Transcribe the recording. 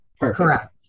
Correct